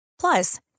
Plus